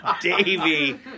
Davy